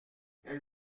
elle